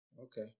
Okay